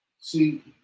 See